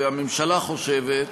והממשלה חושבת,